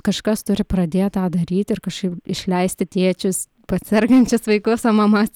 kažkas turi pradėt tą daryti ir kažkaip išleisti tėčius pas sergančius vaikus o mamas